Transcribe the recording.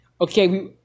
Okay